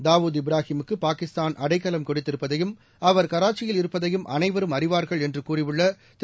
தாவூத் இப்ராஹிமுக்கு பாகிஸ்தான் அடைக்கலம் கொடுத்திருப்பதையும் அவர் கராச்சியில் இருப்பதையும் அனைவரும் அறிவார்கள் என்று கூறியுள்ள திரு